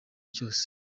cyose